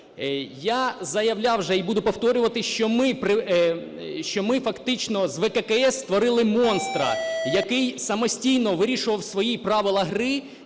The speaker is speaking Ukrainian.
Я заявляв вже і буду повторювати, що ми фактично з ВККС створили монстра, який самостійно вирішував свої правила гри